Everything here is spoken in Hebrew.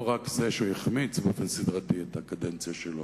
לא רק שהוא החמיץ באופן סדרתי את הקדנציה שלו,